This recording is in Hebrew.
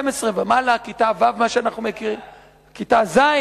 12 ומעלה, כיתה ו' כיתה ז'.